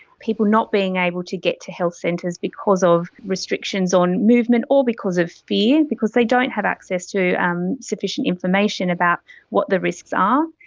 people not being able to get to health centres because of restrictions on movement or because of fear, because they don't have access to um sufficient information about what the risks are.